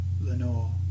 Lenore